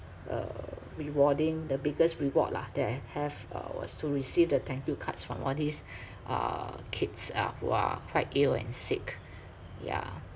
uh rewarding the biggest reward lah that I have uh was to receive the thank you cards from all these uh kids uh who are quite ill and sick yeah